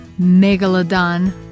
Megalodon